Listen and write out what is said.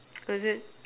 oh is it